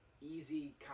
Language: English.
easy